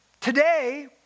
Today